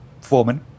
foreman